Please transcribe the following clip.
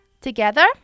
Together